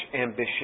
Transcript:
ambition